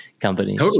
companies